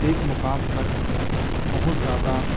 ایک مقام تک بہت زیادہ